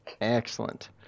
Excellent